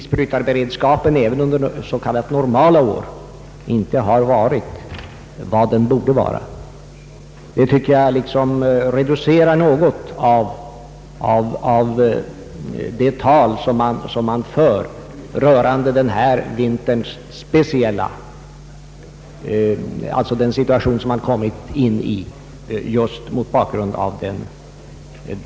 Vårdyrkesutbildningen skulle enligt förslaget handhavas av huvudmannen för respektive vårdverksamhet, d.v.s. främst landstingskommunerna och de landstingsfria städerna. I utbildningens inledande skede kunde, då så visade sig lämpligt, denna utbildning anordnas även av primärkommuner.